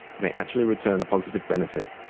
may actually return a positive benefit.